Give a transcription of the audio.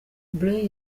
blair